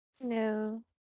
No